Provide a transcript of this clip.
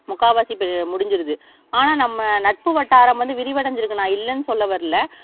முக்கால்வாசி முடிஞ்சிடுது ஆனால் நம்ம நட்பு வட்டாரம் வந்து விரிவடைஞ்சிருக்கு நான் இல்லைனு சொல்ல வரல